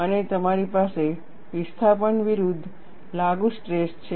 અને તમારી પાસે વિસ્થાપન વિરુદ્ધ લાગુ સ્ટ્રેસ છે